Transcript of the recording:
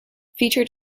featured